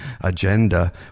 agenda